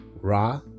Ra